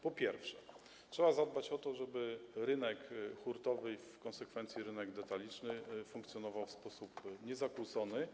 Po pierwsze, trzeba zadbać o to, żeby rynek hurtowy i w konsekwencji rynek detaliczny funkcjonowały w sposób niezakłócony.